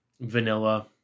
vanilla